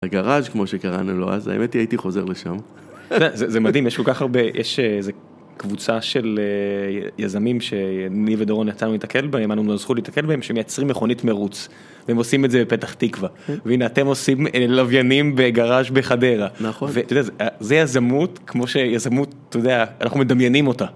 הגראז' כמו שקראנו לו אז, האמת היא הייתי חוזר לשם. זה מדהים, יש כל כך הרבה, יש איזה קבוצה של יזמים שני ודורון יצא לנו להתקל בהם, היתה לנו הזכות להתקל בהם, שהם מייצרים מכונית מרוץ. והם עושים את זה בפתח תקווה. והנה אתם עושים לוויינים בגראז' בחדרה. נכון. ואתה יודע, זה יזמות כמו ש... יזמות, אתה יודע, אנחנו מדמיינים אותה.